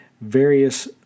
various